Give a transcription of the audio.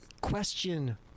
question